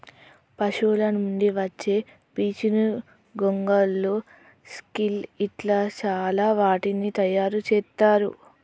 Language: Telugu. పశువుల నుండి వచ్చే పీచును గొంగళ్ళు సిల్క్ ఇట్లా చాల వాటిని తయారు చెత్తారు